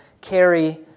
carry